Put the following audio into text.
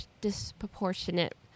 disproportionate